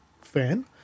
fan